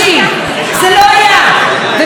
ובמקום לבוא ולברך על זה,